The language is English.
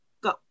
Go